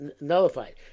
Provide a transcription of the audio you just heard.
nullified